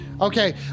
Okay